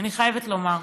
אני חייבת לומר,